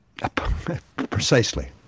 Precisely